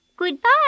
Goodbye